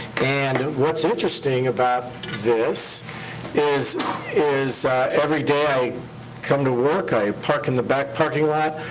and what's interesting about this is is every day i come to work, i park in the back parking lot,